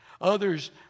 Others